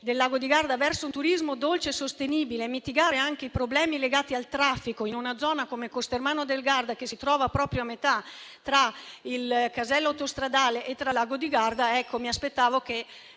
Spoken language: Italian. del Lago di Garda ad andare verso un turismo dolce e sostenibile e mitigare anche i problemi legati al traffico in una zona come Costermano del Garda che si trova proprio a metà tra il casello autostradale e il Lago di Garda, mi aspettavo